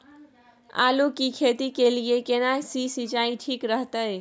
आलू की खेती के लिये केना सी सिंचाई ठीक रहतै?